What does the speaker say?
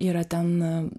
yra ten